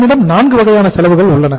நம்மிடம் நான்கு வகையான செலவுகள் உள்ளன